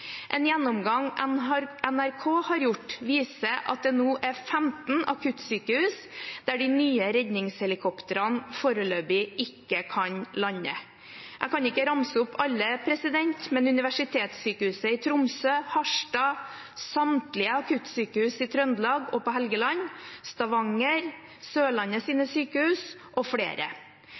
En gjennomgang NRK har gjort, viser at det nå er 15 akuttsykehus der de nye redningshelikoptrene foreløpig ikke kan lande. Jeg kan ikke ramse opp alle, men det gjelder Universitetssykehuset i Tromsø, Harstad, samtlige akuttsykehus i Trøndelag og på Helgeland, Stavanger, Sørlandet sykehus og flere.